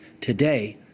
today